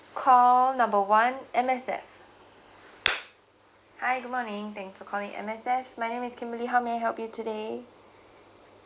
call number one M_S_F hi good morning thanks for calling M_S_F my name is kimberly how may I help you today